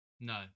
No